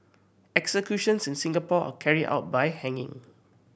executions in Singapore are carried out by hanging